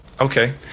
okay